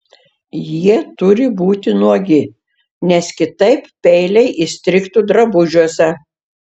jie turi būti nuogi nes kitaip peiliai įstrigtų drabužiuose